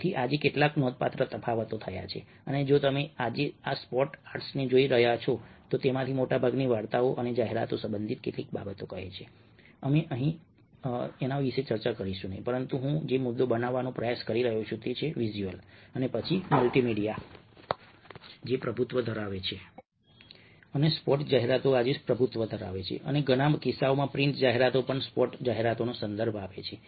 તેથી આજે કેટલો નોંધપાત્ર તફાવત થયો છે અને જો તમે આજે આ સ્પોટ આર્ટસને જોઈ રહ્યા છો તો તેમાંથી મોટાભાગની વાર્તાઓ અને જાહેરાત સંબંધિત કેટલીક બાબતો કહે છે અમે અહીં ચર્ચા કરીશું નહીં પરંતુ હું જે મુદ્દો બનાવવાનો પ્રયાસ કરી રહ્યો છું તે છે વિઝ્યુઅલ અને પછી મલ્ટીમીડિયા પ્રભુત્વ ધરાવે છે અને સ્પોટ જાહેરાતો આજે પ્રભુત્વ ધરાવે છે અને ઘણા કિસ્સાઓમાં પ્રિન્ટ જાહેરાતો પણ સ્પોટ જાહેરાતોનો સંદર્ભ આપે છે